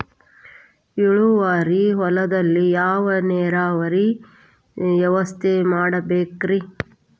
ಇಳುವಾರಿ ಹೊಲದಲ್ಲಿ ಯಾವ ನೇರಾವರಿ ವ್ಯವಸ್ಥೆ ಮಾಡಬೇಕ್ ರೇ?